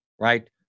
right